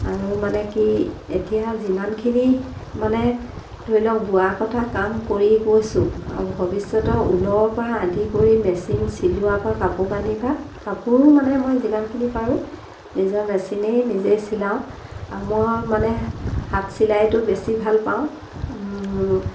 আৰু মানে কি এতিয়া যিমানখিনি মানে ধৰি লওক বোৱা কটা কাম কৰি গৈছোঁ আৰু ভৱিষ্যতৰ ঊলৰপৰা আদি কৰি মেচিন চিলোৱাৰপৰা কাপোৰ কানিৰপৰা কাপোৰো মানে মই যিমানখিনি পাৰোঁ নিজৰ মেচিনেই নিজেই চিলাওঁ আৰু মই মানে হাত চিলাইটো বেছি ভালপাওঁ